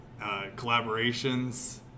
collaborations